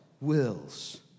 wills